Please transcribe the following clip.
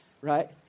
right